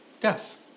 death